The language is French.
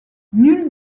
nul